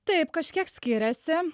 taip kažkiek skiriasi